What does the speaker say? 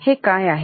हे काय आहे